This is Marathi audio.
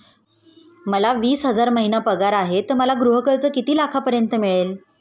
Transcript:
मला वीस हजार महिना पगार आहे तर मला गृह कर्ज किती लाखांपर्यंत मिळेल?